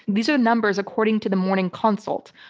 these are numbers according to the morning consult.